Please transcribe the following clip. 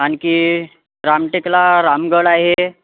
आणखी रामटेकला रामगड आहे